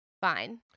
Fine